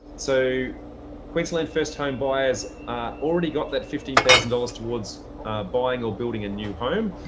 so queensland first home buyers already got that fifteen thousand dollars towards buying or building a new home,